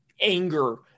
anger